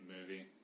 movie